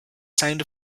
sound